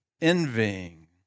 envying